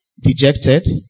dejected